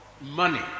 money